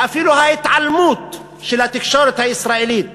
ואפילו ההתעלמות של התקשורת הישראלית